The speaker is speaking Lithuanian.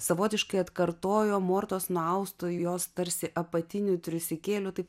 savotiškai atkartojo mortos nuausto jos tarsi apatinių triusikėlių taip